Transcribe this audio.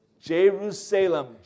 Jerusalem